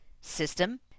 system